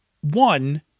One